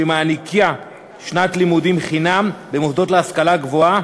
שמעניקה שנת לימודים חינם במוסדות להשכלה גבוהה